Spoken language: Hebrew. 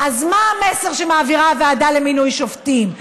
אז מה המסר שמעבירה הוועדה למינוי שופטים?